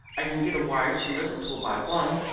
i can get a wire to liverpool by one.